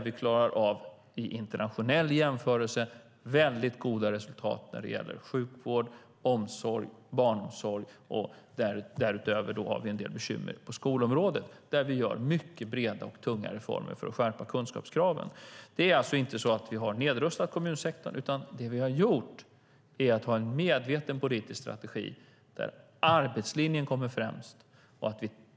Vi har i internationell jämförelse väldigt goda resultat när det gäller sjukvård, omsorg och barnomsorg. Därutöver har vi en del bekymmer på skolområdet. Där gör vi mycket breda och tunga reformer för att skärpa kunskapskraven. Vi har alltså inte nedrustat kommunsektorn, utan vi har en medveten politisk strategi där arbetslinjen kommer främst.